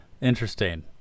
interesting